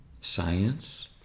science